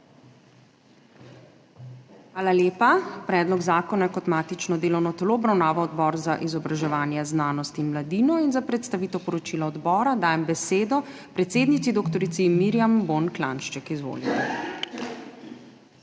Hvala lepa. Predlog zakona je kot matično delovno telo obravnaval Odbor za izobraževanje, znanost in mladino. Za predstavitev poročila odbora dajem besedo predsednici dr. Mirjam Bon Klanjšček. Izvolite.